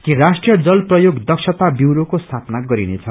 कि राष्ट्रीय जल प्रयोग दक्षता ब्यूरोको स्यापना गरिनेछ